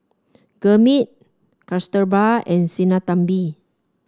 Gurmeet Kasturba and Sinnathamby